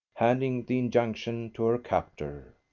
handing the injunction to her captor.